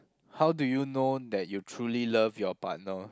how do you know that you truly love your partner